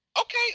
Okay